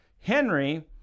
Henry